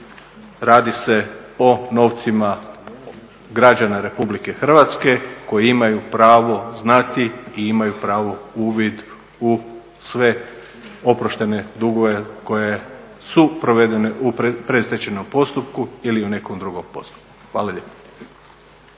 radi se o novcima građana Republike Hrvatske koji imaju pravo znati i imaju pravo uvid u sve oproštene dugove koji su provedeni u predstečajnom postupku ili u nekom drugom postupku. Hvala lijepa.